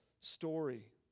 story